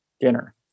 dinner